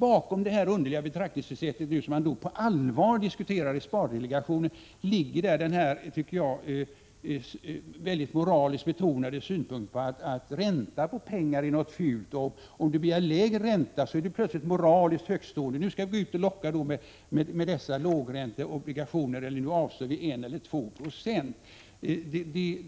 Bakom det underliga betraktelsesättet, som man på allvar diskuterar i spardelegationen, ligger den väldigt moraliskt betonade synen att ränta på pengar är någonting fult. Om du begär lägre ränta, är du plötsligt moraliskt högtstående. Nu skall man gå ut och locka med dessa lågränteobligationer, där vi avstår från 1 eller 2 70.